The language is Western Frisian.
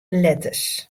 letters